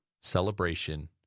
celebration